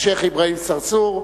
השיח' אברהים צרצור.